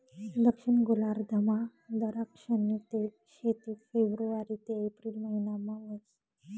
दक्षिण गोलार्धमा दराक्षनी शेती फेब्रुवारी ते एप्रिल महिनामा व्हस